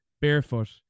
barefoot